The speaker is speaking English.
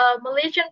Malaysian